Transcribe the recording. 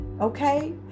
okay